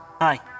Hi